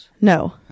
no